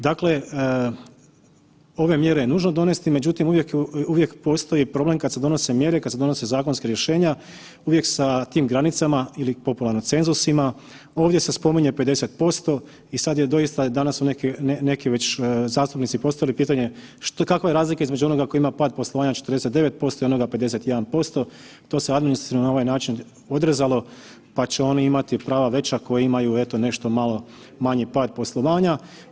Dakle, ove je mjere nužno donesti, međutim uvijek postoji problem kada se donose mjere, kada se donose zakonska rješenja uvijek sa tim granicama ili popularno cenzusima, ovdje se spominje 50% i danas su već neki zastupnici postavili pitanje kakva je razlika između onoga koji ima pad poslovanja 49% i onog 51%, to se administrativno na ovaj način odrezalo pa će oni imati prava veća koji imaju eto nešto malo manji pad poslovanja.